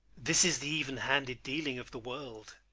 this is the even-handed dealing of the world!